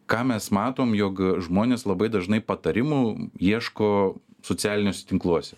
ką mes matom jog žmonės labai dažnai patarimų ieško socialiniuose tinkluose